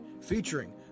Featuring